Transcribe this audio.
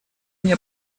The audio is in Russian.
мне